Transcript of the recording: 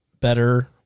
better